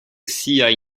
siaj